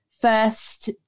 first